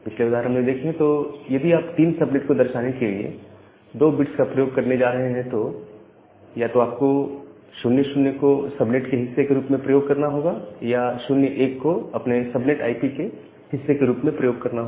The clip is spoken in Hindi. पिछले उदाहरण में देखें तो यदि आप 3 सबनेट को दर्शाने के लिए 2 बिट्स का प्रयोग करने जा रहे हैं तो या तो आपको 00 को सब नेट के हिस्से के रूप में प्रयोग करना होगा या 01 को अपने सबनेट आई पी के हिस्से के रूप में प्रयोग करना होगा